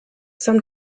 some